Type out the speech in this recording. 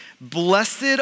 Blessed